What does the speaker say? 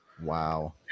Wow